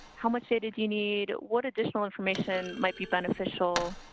how much data do you need? what additional information might be beneficial?